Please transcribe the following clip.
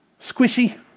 squishy